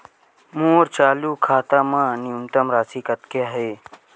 मोर चालू खाता मा न्यूनतम राशि कतना हे?